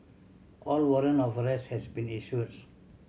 a warrant of arrest has been issues